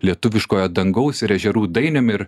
lietuviškojo dangaus ir ežerų dainiumi ir